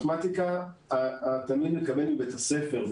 מתמטיקה התלמיד מקבל מבית הספר.